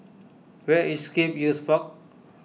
where is Scape Youth Park